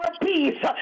peace